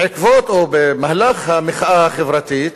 בעקבות או במהלך המחאה החברתית